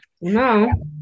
No